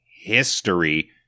history